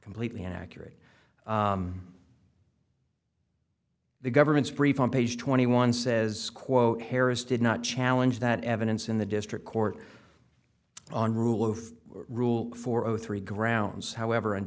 completely inaccurate the government's brief on page twenty one says quote harris did not challenge that evidence in the district court on rule of rule four zero three grounds however